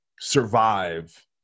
survive